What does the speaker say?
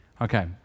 Okay